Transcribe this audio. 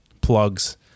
plugs